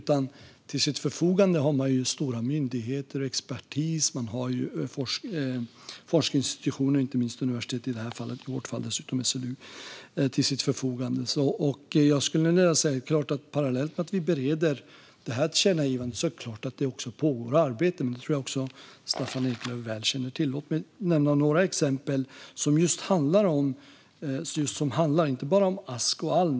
Till sitt förfogande har man i stället stora myndigheter, expertis och forskningsinstitutioner, inte minst universitet och i det här fallet dessutom SLU. Parallellt med att vi bereder det här tillkännagivandet är det klart att det också pågår arbete, och det tror jag att Staffan Eklöf väl känner till. Låt mig nämna några exempel som inte bara handlar om ask och alm.